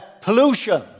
pollution